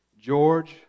George